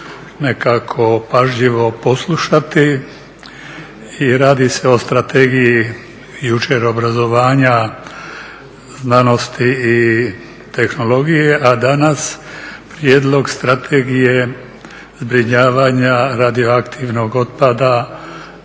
nekako pažljivo poslušati i radi se o strategiji jučer obrazovanja, znanosti i tehnologije, a danas prijedlog Strategije zbrinjavanja radioaktivnog otpada,